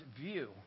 view